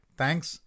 thanks